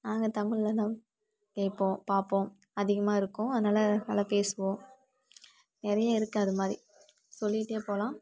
நாங்கள் தமிழ்ல தான் கேட்போம் பார்ப்போம் அதிகமாக இருக்கும் அதனால நல்லா பேசுவோம் நிறையா இருக்கு அதுமாதிரி சொல்லிகிட்டே போகலாம்